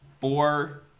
four